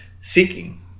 seeking